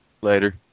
Later